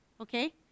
okay